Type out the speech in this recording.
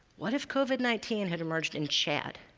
what if covid nineteen had emerged in chad,